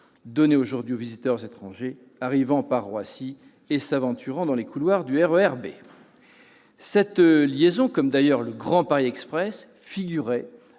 donnée aujourd'hui aux visiteurs étrangers arrivant par Roissy et s'aventurant dans les couloirs du RER B. Cette liaison, comme d'ailleurs le Grand Paris Express, figurait